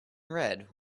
red